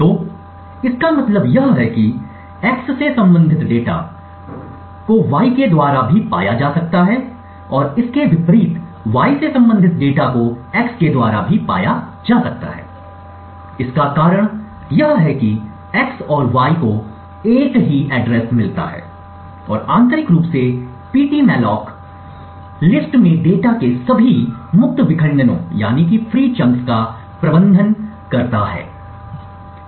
तो इसका मतलब यह है कि x से संबंधित डेटा को y के द्वारा भी पाया जा सकता है और इसके विपरीत y से संबंधित डेटा को x के द्वारा भी पाया जा सकता है इसका कारण यह है कि x और y को एक ही पता मिलता है और आंतरिक रूप से पीटीमेलाक सूची में डेटा के सभी मुक्त विखंडनों का प्रबंधन करता है